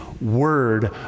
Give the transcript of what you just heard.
word